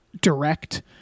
direct